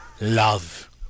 Love